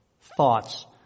thoughts